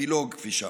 אפילוג, כפי שאמרתי.